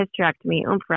hysterectomy